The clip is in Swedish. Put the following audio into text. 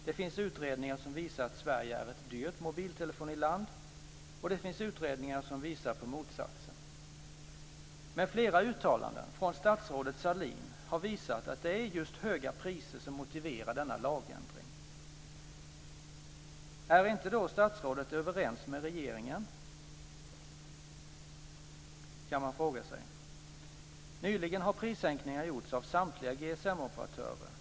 Det finns utredningar som visar att Sverige är ett dyrt mobiltelefoniland, och det finns utredningar som visar på motsatsen. Men flera uttalanden från statsrådet Sahlin har visat att det är just höga priser som motiverar denna lagändring. Är inte statsrådet överens med regeringen? Det kan man fråga sig. Nyligen har prissänkningar gjorts av samtliga GSM-operatörer.